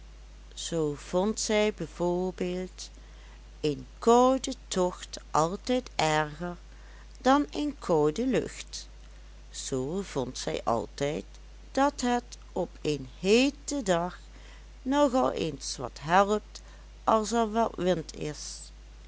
zoo vond zij bijv een kouden tocht altijd erger dan een koude lucht zoo vond zij altijd dat het op een heeten dag nog al eens wat helpt als er wat wind is